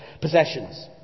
possessions